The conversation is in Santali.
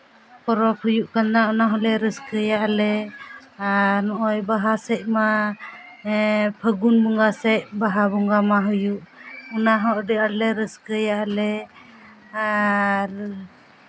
ᱯᱚᱨᱚᱵᱽ ᱦᱩᱭᱩᱜ ᱠᱟᱱᱟ ᱚᱱᱟ ᱦᱚᱸᱞᱮ ᱨᱟᱹᱥᱠᱟᱹᱭᱟᱟᱞᱮ ᱟᱨ ᱱᱚᱜᱼᱚᱭ ᱵᱟᱦᱟ ᱥᱮᱫ ᱢᱟ ᱯᱷᱟᱹᱜᱩᱱ ᱵᱚᱸᱜᱟ ᱥᱮᱫ ᱵᱟᱦᱟ ᱵᱚᱸᱜᱟ ᱢᱟ ᱦᱩᱭᱩᱜ ᱚᱱᱟᱦᱚᱸ ᱟᱹᱰᱤ ᱟᱸᱴ ᱞᱮ ᱨᱟᱹᱥᱠᱟᱹᱭᱟᱞᱮ ᱟᱨ